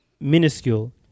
minuscule